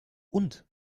und